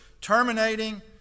terminating